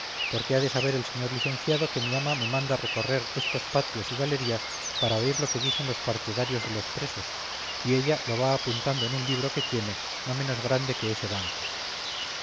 porque ha de saber el señor licenciado que mi ama me manda recorrer estos patios y galerías para oír lo que dicen los partidarios de los presos y ella lo va apuntando en un libro que tiene no menos grande que ese banco